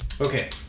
Okay